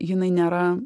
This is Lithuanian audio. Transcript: jinai nėra